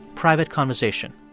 private conversation.